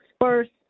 First